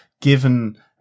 given